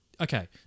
Okay